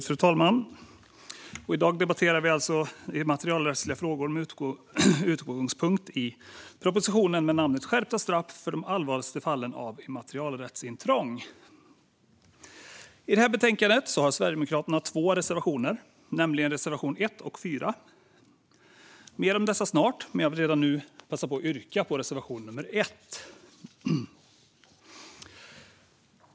Fru talman! I dag debatterar vi immaterialrättsliga frågor med utgångspunkt i propositionen med namnet Skärpta straff för de allvarligaste fallen av immaterialrättsintrång . I betänkandet har Sverigedemokraterna två reservationer, nämligen reservation 1 och reservation 4. Mer om dessa snart, men jag vill redan nu passa på att yrka bifall till reservation 1.